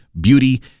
Beauty